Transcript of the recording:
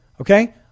okay